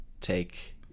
take